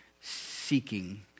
seeking